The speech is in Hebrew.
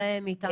זה מאתנו.